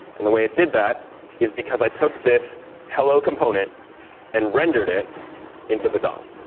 and the way it did that is because i took this hello component and rendered it into the dom.